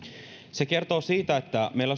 se kertoo siitä että meillä